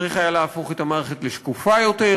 צריך היה להפוך את המערכת לשקופה יותר,